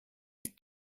his